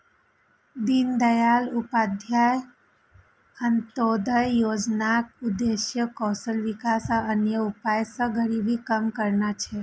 दीनदयाल उपाध्याय अंत्योदय योजनाक उद्देश्य कौशल विकास आ अन्य उपाय सं गरीबी कम करना छै